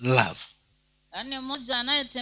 love